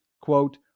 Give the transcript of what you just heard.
quote